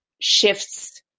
shifts